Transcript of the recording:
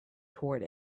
toward